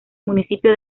municipio